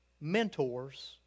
mentors